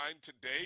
today